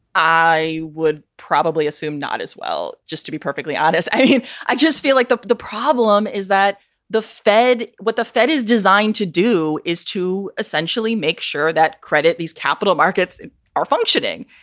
i would probably assume not as well, just to be perfectly honest. i i just feel like the the problem is that the fed with the fed is designed to do is to essentially make sure that credit these capital markets are functioning.